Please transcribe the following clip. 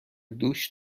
دوش